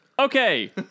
Okay